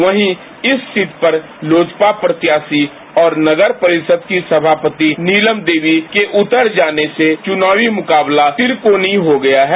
वहीं इस सीट पर लोजपा प्रत्याशी और नगर परिषद की सभापति नीलम देवी के उतर जाने से चुनावी मुकाबला त्रिकोणीय हो गया है